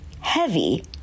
heavy